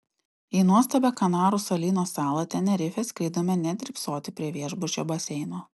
į nuostabią kanarų salyno salą tenerifę skridome ne drybsoti prie viešbučio baseino